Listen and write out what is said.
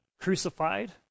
crucified